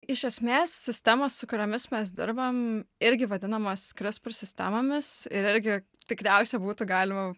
iš esmės sistemos su kuriomis mes dirbam irgi vadinamos krispr sistemomis ir irgi tikriausia būtų galima